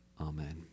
Amen